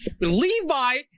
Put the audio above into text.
Levi